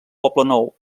poblenou